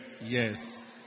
yes